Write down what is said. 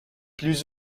plus